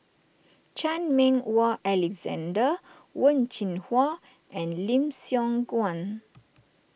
Chan Meng Wah Alexander Wen Jinhua and Lim Siong Guan